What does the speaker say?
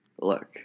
Look